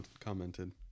commented